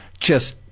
just